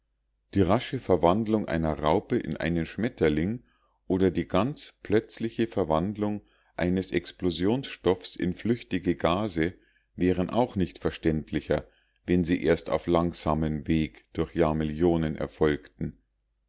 die rasche verwandlung einer raupe in einen schmetterling oder die ganz plötzliche verwandlung eines explosionstoffs in flüchtige gase wären auch nicht verständlicher wenn sie erst auf langsamem wege durch jahrmillionen erfolgten